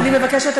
אני מבקשת,